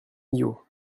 millau